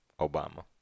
Obama